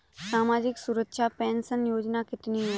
सामाजिक सुरक्षा पेंशन योजना कितनी हैं?